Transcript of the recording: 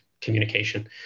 communication